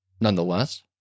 Nonetheless